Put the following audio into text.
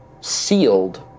sealed